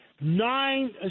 nine